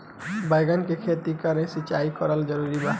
बैगन में केतना बेर सिचाई करल जरूरी बा?